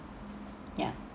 ya